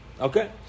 Okay